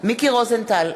מיקי רוזנטל,